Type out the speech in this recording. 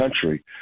country